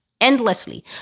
endlessly